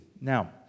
Now